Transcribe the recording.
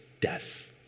death